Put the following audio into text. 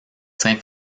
saint